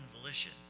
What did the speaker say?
volition